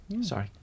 Sorry